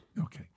Okay